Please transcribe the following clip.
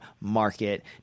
market